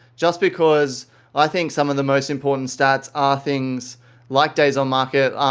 just because i think some of the most important stats are things like days on market,